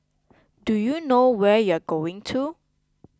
do you know where you're going to